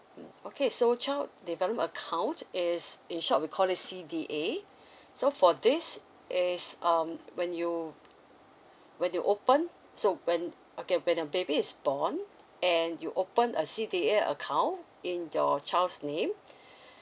mm okay so child development account is in short we call this C_D_A so for this is um when you when you open so when okay when your baby is born and you open a C_D_A account in your child's name